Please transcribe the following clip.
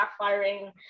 backfiring